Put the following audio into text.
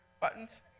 buttons